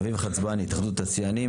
אביב חצבני, התאחדות התעשיינים.